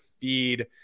feed